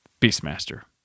Beastmaster